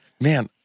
Man